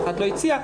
אף אחת לא הציעה,